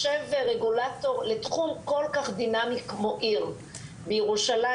במשרד השיכון כבר מוכנים לעשות את נושא עירוב השימושים,